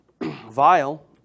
Vile